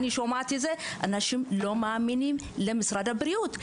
אנשים לא מאמינים למשרד הבריאות.